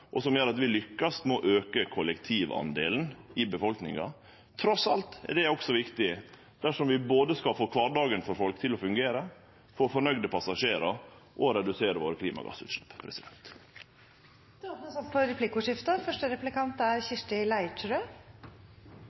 og som lykkast med å auke kollektivdelen i befolkninga. Trass i alt er det også viktig dersom vi både skal få kvardagen for folk til å fungere, få fornøgde passasjerar og redusere klimagassutsleppa. Det blir replikkordskifte. Vi har lest at NSB mangler personell. Med denne navneendringen vil det